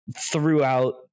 throughout